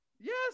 Yes